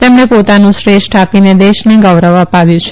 તેમણે પોતાનું શ્રેષ્ઠ આપીને દેશને ગૌરવ અપાવ્યું છે